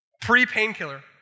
pre-painkiller